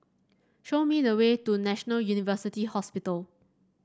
show me the way to National University Hospital